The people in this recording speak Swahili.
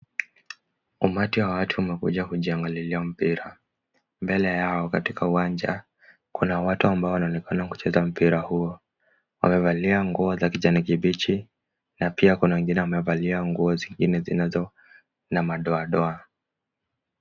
Umati wa watu umekuja kujiangalilia mpira. Mbele yao katika uwanja, kuna watu ambao wanaonekana kucheza mpira huo. Wamevalia nguo za kijani kibichi na pia kuna wengine wamevalia nguo zingine zinazo za madoadoa.